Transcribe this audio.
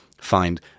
find